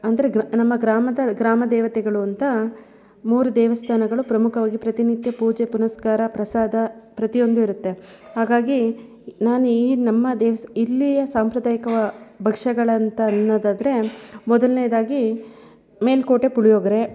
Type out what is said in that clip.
ಅಂದರೆ ಗ್ರ ನಮ್ಮ ಗ್ರಾಮದ ಗ್ರಾಮದೇವತೆಗಳು ಅಂತ ಮೂರು ದೇವಸ್ಥಾನಗಳು ಪ್ರಮುಖವಾಗಿ ಪ್ರತಿನಿತ್ಯ ಪೂಜೆ ಪುರಸ್ಕಾರ ಪ್ರಸಾದ ಪ್ರತಿಯೊಂದು ಇರುತ್ತೆ ಹಾಗಾಗಿ ನಾನು ಈ ನಮ್ಮ ದೇವ್ಸ ಇಲ್ಲಿಯ ಸಾಂಪ್ರದಾಯಿಕವಾದ ಭಕ್ಷಗಳಂತ ಅನ್ನೊದಾದರೆ ಮೊದಲ್ನೇದಾಗಿ ಮೇಲುಕೋಟೆ ಪುಳಿಯೋಗರೆ